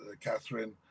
Catherine